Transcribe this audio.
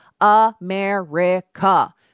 America